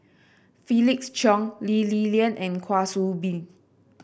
Felix Cheong Lee Li Lian and Kwa Soon Bee